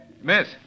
Miss